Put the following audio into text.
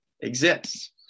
exists